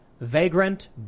Vagrant